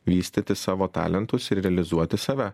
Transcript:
vystyti savo talentus ir realizuoti save